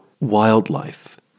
wildlife